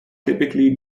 typically